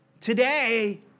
Today